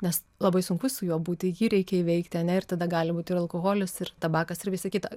nes labai sunku su juo būti jį reikia įveikti ar ne ir tada gali būti ir alkoholis ir tabakas ir visa kita